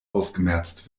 ausgemerzt